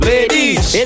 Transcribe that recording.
Ladies